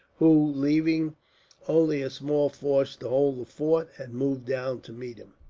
who, leaving only a small force to hold the fort, had moved down to meet him.